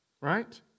right